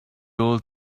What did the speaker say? old